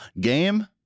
game